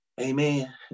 amen